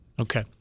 Okay